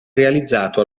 realizzato